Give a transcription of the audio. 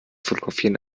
fotografieren